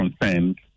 concerned